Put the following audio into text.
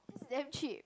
damn cheap